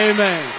Amen